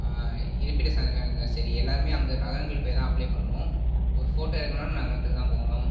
இருப்பிட சான்றிதழா இருந்தாலும் சரி எல்லாமே அங்க நகரங்களுக்கு போய் தான் அப்ளே பண்ணணும் ஒரு ஃபோட்டோ எடுக்கணும்னாலும் நகரத்துக்கு தான் போகணும்